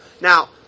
Now